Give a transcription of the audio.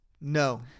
No